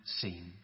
seen